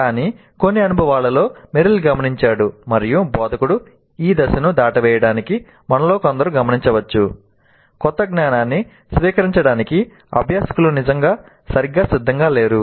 కానీ కొన్ని అనుభవాలలో మెరిల్ గమనించాడు మరియు బోధకుడు ఈ దశను దాటవేయడాన్ని మనలో కొందరు గమనించవచ్చు క్రొత్త జ్ఞానాన్ని స్వీకరించడానికి అభ్యాసకులు నిజంగా సరిగ్గా సిద్ధంగా లేరు